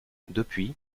depuis